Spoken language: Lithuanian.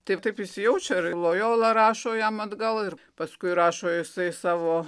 taip taip įsijaučia ir lojola rašo jam atgal ir paskui rašo jisai savo